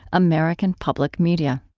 american public media